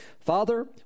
Father